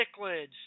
cichlids